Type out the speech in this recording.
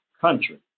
country